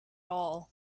all